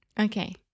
Okay